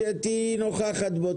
את תהיי נוכחת בו.